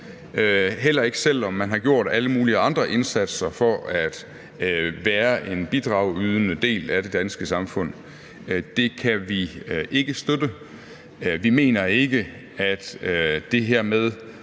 heller ikke selv om man har gjort alle mulige andre indsatser for at være en bidragende del af det danske samfund, kan vi ikke støtte. Vi mener ikke, at det her med,